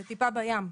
זו טיפה בים.